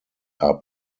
are